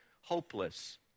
hopeless